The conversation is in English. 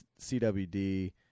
cwd